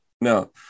No